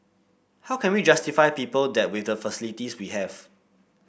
how can we justify people that with the facilities we have